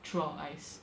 throughout our eyes